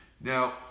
now